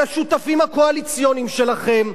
על השותפים הקואליציוניים שלכם.